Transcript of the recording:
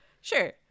sure